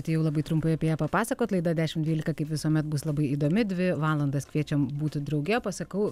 atėjau labai trumpai apie ją papasakot laida dešimt dvylika kaip visuomet bus labai įdomi dvi valandas kviečiam būti drauge pasakau